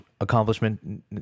accomplishment